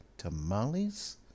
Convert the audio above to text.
Tamales